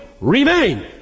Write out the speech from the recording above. remain